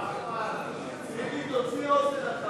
סעיף 47, רזרבה כללית,